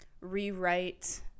rewrite